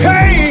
Hey